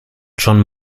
john